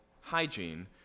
hygiene